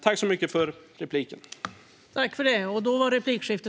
Tack för repliken, Isak From!